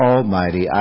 Almighty